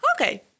okay